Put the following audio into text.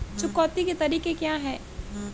चुकौती के तरीके क्या हैं?